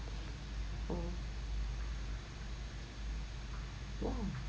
oh !wow!